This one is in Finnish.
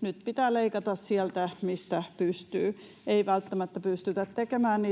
nyt pitää leikata sieltä, mistä pystyy. Ei välttämättä pystytä tekemään